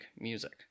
music